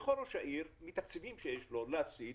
יכול ראש העיר מתקציבים שיש לו להשיג